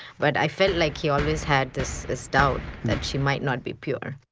but i felt like he always had this this doubt, that she might not be pure.